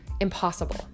impossible